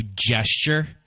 gesture